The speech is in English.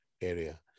area